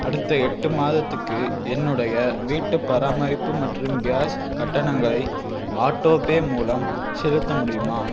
அடுத்த எட்டு மாதத்துக்கு என்னுடைய வீட்டுப் பராமரிப்பு மற்றும் கேஸ் கட்டணங்களை ஆட்டோபே மூலம் செலுத்த முடியுமா